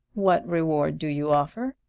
what reward do you offer?